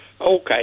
okay